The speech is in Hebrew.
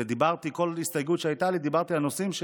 ובכל הסתייגות שהייתה לי דיברתי על נושאים,